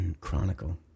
Chronicle